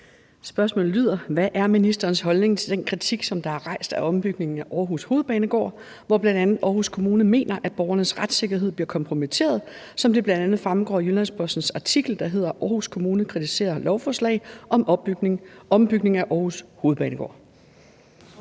Hvad er ministerens holdning til den kritik, som der er rejst af ombygningen af Aarhus Hovedbanegård, hvor bl.a. Aarhus Kommune mener, at borgernes retssikkerhed bliver kompromitteret, som det bl.a. fremgår af Jyllands-Postens artikel »Aarhus Kommune kritiserer lovforslag om ombygning af Aarhus Hovedbanegård«?